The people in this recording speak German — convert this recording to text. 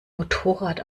motorrad